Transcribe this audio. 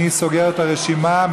אני סוגר את הרשימה.